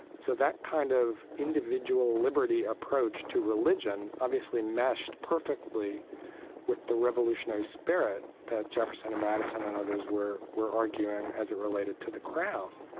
so that kind of individual liberty approach to religion obviously meshed perfectly with the revolutionary spirit that jefferson and madison and others were were arguing as it related to the crown,